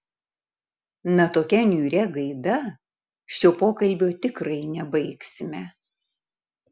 na tokia niūria gaida šio pokalbio tikrai nebaigsime